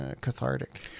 cathartic